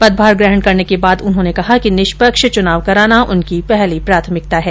पदभार ग्रहण करने के बाद उन्होंने कहा कि निष्पक्ष चुनाव कराना उनकी पहली प्राथमिकता है